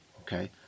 okay